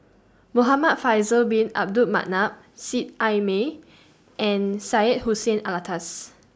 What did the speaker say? Muhamad Faisal Bin Abdul Manap Seet Ai Mee and Syed Hussein Alatas